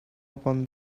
upon